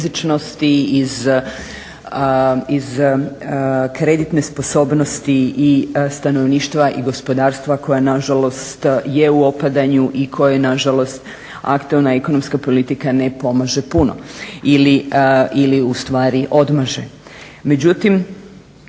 iz kreditne sposobnosti i stanovništva i gospodarstva koja na žalost je u opadanju i koja nažalost aktualna ekonomska politika ne pomaže puno ili u stvari odmaže. Međutim,